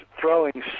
throwing